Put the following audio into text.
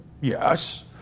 Yes